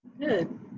good